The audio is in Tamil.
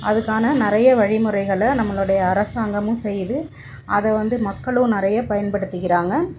அதுக்கான நிறைய வழிமுறைகளை நம்மளோடைய அரசாங்கமும் செய்யது அதை வந்து மக்களும் நிறைய பயன்படுத்திக்கிறாங்க